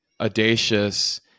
audacious